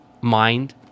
mind